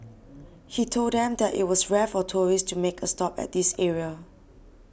he told them that it was rare for tourists to make a stop at this area